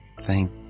Thank